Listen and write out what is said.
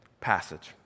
passage